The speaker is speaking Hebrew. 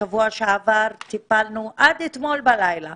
בשבוע שעבר ועד אתמול בלילה